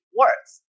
works